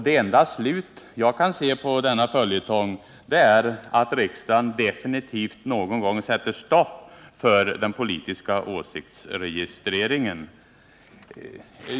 Det enda slut jag kan se på den är att riksdagen definitivt någon gång sätter stopp för den politiska åsiktsregistreringen.